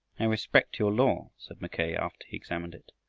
i respect your law, said mackay after he examined it,